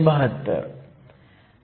772 आहे